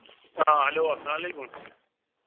آ ہیٚلو اسلام علیکُم